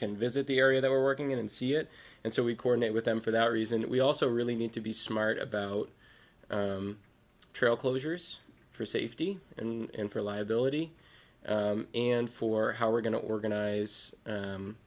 can visit the area that we're working in and see it and so we coordinate with them for that reason we also really need to be smart about trail closures for safety and for liability and for how we're going to organize